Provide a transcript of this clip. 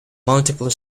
multiple